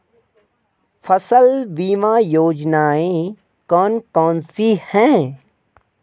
फसल बीमा योजनाएँ कौन कौनसी हैं?